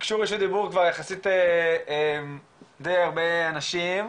ביקשו רשות דיבור כבר יחסית די הרבה אנשים,